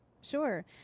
Sure